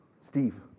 Steve